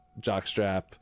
jockstrap